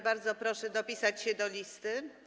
Bardzo proszę dopisać się do listy.